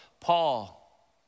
Paul